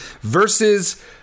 versus